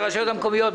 הרשויות המקומיות.